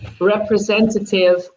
representative